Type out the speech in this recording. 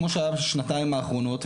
כמו שהיה בשנתיים האחרונות.